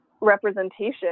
representation